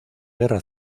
guerra